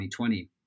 2020